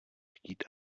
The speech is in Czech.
chtít